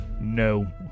No